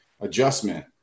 adjustment